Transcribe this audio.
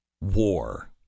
war